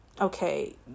okay